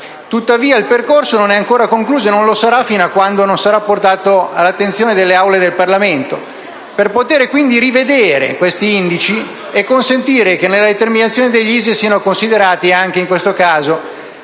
Tuttavia, il percorso non è ancora concluso e non lo sarà fino a quando non sarà portato all'attenzione delle Aule del Parlamento, per poter quindi rivedere questi indici e consentire che nelle determinazioni dell'ISEE siano considerati anche in questo caso